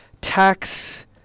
tax